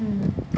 mm